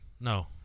no